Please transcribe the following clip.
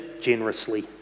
generously